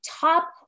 top